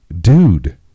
dude